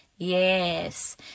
Yes